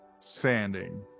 sanding